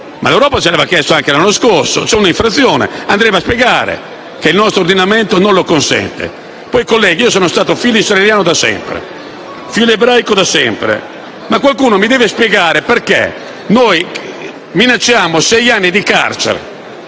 L'Europa ce lo aveva chiesto anche l'anno scorso: c'è un'infrazione, andremo a spiegare che il nostro ordinamento non lo consente. Poi, colleghi, io sono filoisraeliano, filoebraico da sempre e qualcuno mi deve spiegare perché noi minacciamo sei anni di carcere